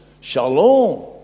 Shalom